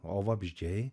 o vabzdžiai